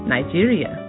Nigeria